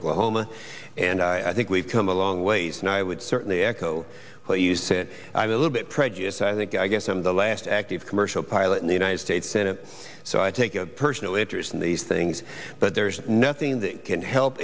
oklahoma and i think we've come a long ways and i would certainly echo what you said i'm a little bit prejudice i think i guess i'm the last active commercial pilot in the united states senate so i take a personal interest in these things but there's nothing that can help